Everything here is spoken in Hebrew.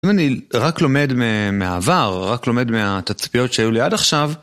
אם אני רק לומד מ... מהעבר, או רק לומד מהתצפיות שהיו ליד עכשיו...